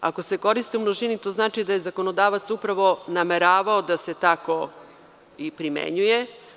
Ako se koriste u množini, to znači da je zakonodavac upravo nameravao da se tako i primenjuje.